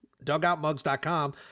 Dugoutmugs.com